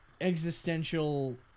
existential